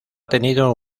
tenido